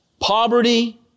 Poverty